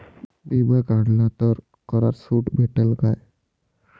बिमा काढला तर करात सूट भेटन काय?